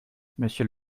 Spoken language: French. monsieur